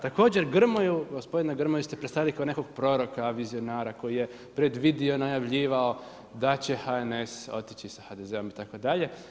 Također Grmoju, gospodina Grmoju ste predstavili kao neko proroka, vizionara koji je predvidio, najavljivao da će HNS otići sa HDZ-om itd.